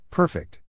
Perfect